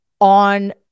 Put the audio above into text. on